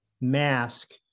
mask